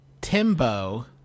Timbo